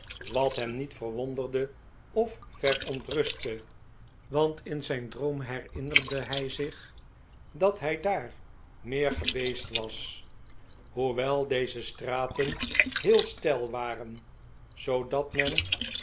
wat hem niet verwonderde of verontrustte want in zijn droom herinnerde hij zich dat hij daar meer geweest was hoewel deze straten heel steil waren zoodat men